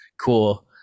cool